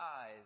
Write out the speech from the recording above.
eyes